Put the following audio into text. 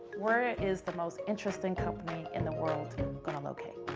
where is the most interesting company in the world gonna locate?